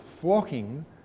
flocking